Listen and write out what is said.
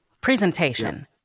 Presentation